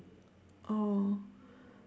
oh